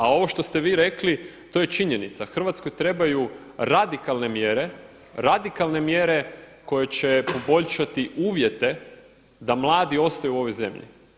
A ovo što ste vi rekli, to je činjenica, Hrvatskoj trebaju radikalne mjere, radikalne mjere koje će poboljšati uvjete da mladi ostaju u ovoj zemlji.